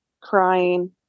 crying